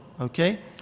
okay